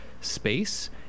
space